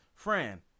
Fran